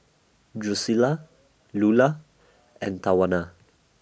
Drucilla Lula and Tawana